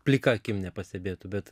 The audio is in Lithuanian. plika akim nepastebėtų bet